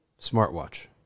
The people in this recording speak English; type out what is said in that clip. Smartwatch